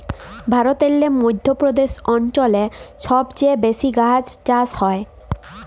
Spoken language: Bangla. ভারতেল্লে মধ্য প্রদেশ অঞ্চলে ছব চাঁঁয়ে বেশি গাহাচ চাষ হ্যয়